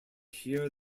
hear